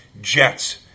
jets